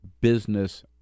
business